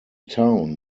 town